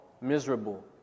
miserable